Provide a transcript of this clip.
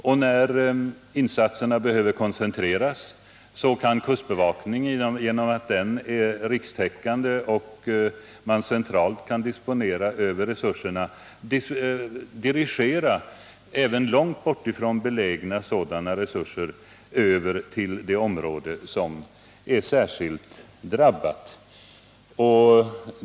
Genom att kustbevakningen är rikstäckande och genom att man centralt kan disponera över resurserna kan man dirigera även sådana resurser som är långt bort belägna till de områden som är särskilt drabbade och dit insatserna behöver koncentreras.